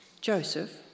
Joseph